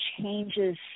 changes